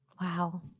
Wow